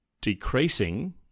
decreasing